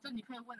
叫你朋友问 ah